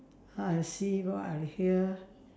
how I see what I'll hear